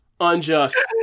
Unjust